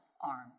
arm